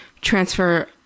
transfer